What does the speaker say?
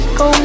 go